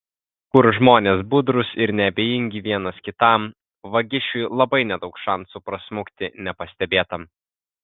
kur žmonės budrūs ir neabejingi vienas kitam vagišiui labai nedaug šansų prasmukti nepastebėtam